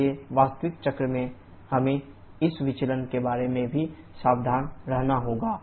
इसलिए वास्तविक चक्र में हमें इन विचलन के बारे में भी सावधान रहना होगा